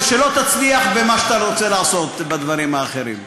ושלא תצליח במה שאתה רוצה לעשות בדברים האחרים.